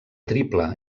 triple